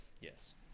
Yes